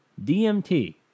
DMT